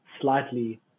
slightly